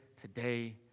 today